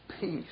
Peace